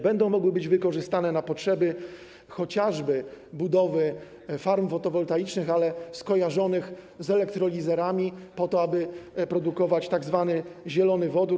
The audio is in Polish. Będą mogły być wykorzystane na potrzeby chociażby budowy farm fotowoltaicznych, ale skojarzonych z elektrolizerami, po to aby produkować tzw. zielony wodór.